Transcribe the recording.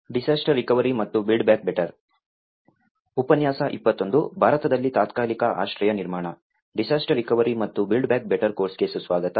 disaster recovery ಮತ್ತು build back better ಕೋರ್ಸ್ಗೆ ಸುಸ್ವಾಗತ